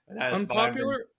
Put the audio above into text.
Unpopular